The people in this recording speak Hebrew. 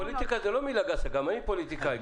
פוליטיקה היא לא מילה גסה, גם אני פוליטיקאי.